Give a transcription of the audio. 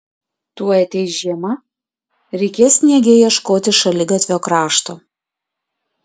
tuoj ateis žiema reikės sniege ieškoti šaligatvio krašto